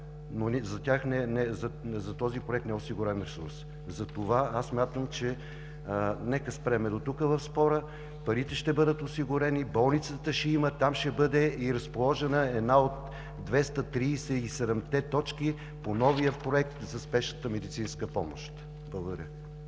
за този проект не е осигурен ресурс. Затова аз смятам, че… Нека спрем дотук в спора, парите ще бъдат осигурени, болницата ще я има, там ще бъде разположена и една от 237-те точки по новия проект за спешната медицинска помощ. Благодаря.